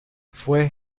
fue